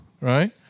right